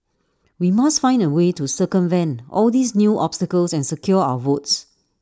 we must find A way to circumvent all these new obstacles and secure our votes